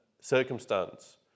circumstance